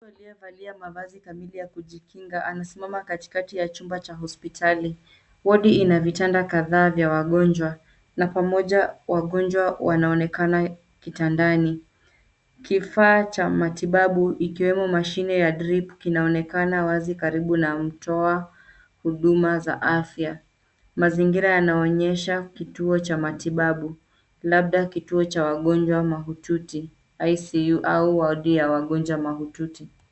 Mtu aliyevalia mavazi kamili ya kujikinga anasimama katikati ya chumba cha hospitali. Wodi ina vitanda kadhaa vya wagonjwa na pamoja wagonjwa wanaonekana kitandani. Kifaa cha matibabu ikiwemo mashine ya drip kinaonekana wazi karibu na mtoa huduma za afya. Mazingira yanaonyesha kituo cha matibabu labda kituo cha wagonjwa mahututi ICU au wadi ya wagonjwa mahututi.